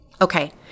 Okay